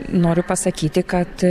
noriu pasakyti kad